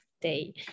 day